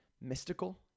mystical